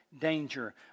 danger